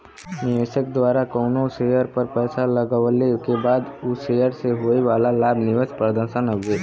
निवेशक द्वारा कउनो शेयर पर पैसा लगवले क बाद उ शेयर से होये वाला लाभ निवेश प्रदर्शन हउवे